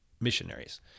missionaries